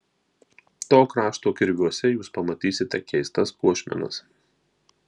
to krašto kirviuose jūs pamatysite keistas puošmenas